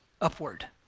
upward